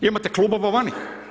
Imate klubova vani.